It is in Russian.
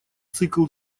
цикл